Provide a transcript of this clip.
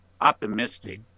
optimistic